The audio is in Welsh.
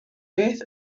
beth